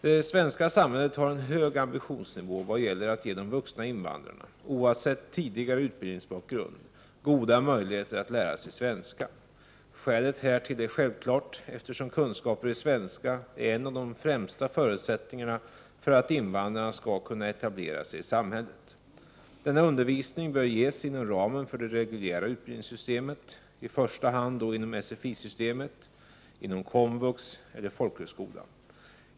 Det svenska samhället har en hög ambitionsnivå vad gäller att ge de vuxna invandrarna, oavsett tidigare utbildningsbakgrund, goda möjligheter att lära sig svenska. Skälet härtill är självklart, eftersom kunskaper i svenska är en av de främsta förutsättningarna för att invandraren skall kunna etablera sig i samhället. Denna undervisning bör ges inom ramen för det reguljära utbildningssystemet, i första hand då inom sfi-systemet, komvux eller folkhögskola.